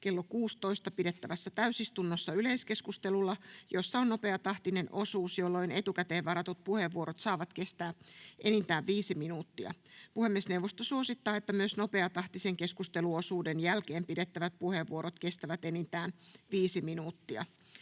kello 16 pidettävässä täysistunnossa yleiskeskustelulla, jossa on nopeatahtinen osuus, jolloin etukäteen varatut puheenvuorot saavat kestää enintään viisi minuuttia. Puhemiesneuvosto suosittaa, että myös nopeatahtisen keskusteluosuuden jälkeen pidettävät puheenvuorot kestävät enintään viisi minuuttia.